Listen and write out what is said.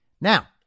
Now